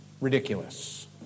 Ridiculous